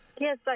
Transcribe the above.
yes